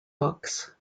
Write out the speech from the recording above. books